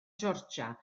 georgia